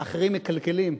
האחרים מקלקלים,